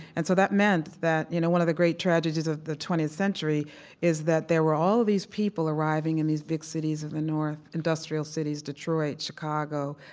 and so that meant that you know one of the great tragedies of the twentieth century is that there were all of these people arriving in these big cities in the north, industrial cities, detroit, chicago,